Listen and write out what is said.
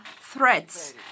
threats